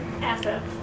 Assets